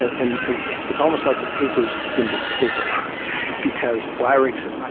and it's it's almost like the papers begin to sizzle because weyrich said,